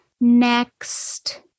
Next